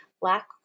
black